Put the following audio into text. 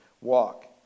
walk